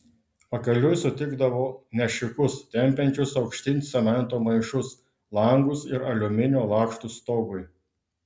pakeliui sutikdavau nešikus tempiančius aukštyn cemento maišus langus ir aliuminio lakštus stogui